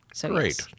great